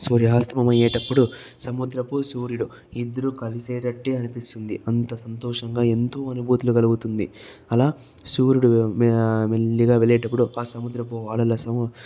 సూర్యాస్తమయం అయ్యేటప్పుడు సముద్రపు సూర్యుడు ఇద్దరు కలిసేటట్టే అనిపిస్తుంది అంత సంతోషంగా ఎంతో అనుభూతి కలుగుతుంది అలా సూర్యుడు మెల్లిగా వెళ్ళేటప్పుడు ఆ సముద్రపు అలల